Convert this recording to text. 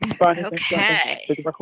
Okay